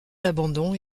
l’abandon